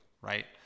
right